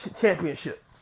Championship